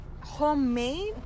homemade